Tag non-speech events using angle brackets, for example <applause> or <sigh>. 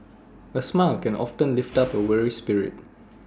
A smile can often <noise> lift up A weary spirit